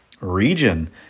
region